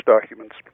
documents